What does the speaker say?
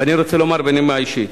ואני רוצה לומר בנימה אישית: